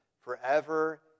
forever